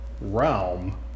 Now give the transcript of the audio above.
realm